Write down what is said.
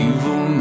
Evil